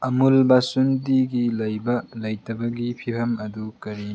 ꯑꯃꯨꯜ ꯕꯥꯁꯨꯟꯗꯤꯒꯤ ꯂꯩꯕ ꯂꯩꯇꯕꯒꯤ ꯐꯤꯕꯝ ꯑꯗꯨ ꯀꯔꯤ